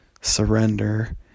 surrender